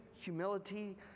humility